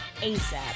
asap